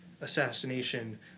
assassination